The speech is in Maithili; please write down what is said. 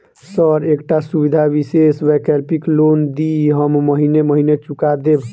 सर एकटा सुविधा विशेष वैकल्पिक लोन दिऽ हम महीने महीने चुका देब?